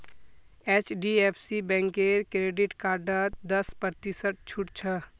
HDFC बैंकेर credit कार्डत दस प्रतिशत छूट छ